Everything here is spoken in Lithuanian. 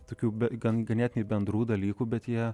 tokių gan ganėtinai bendrų dalykų bet jie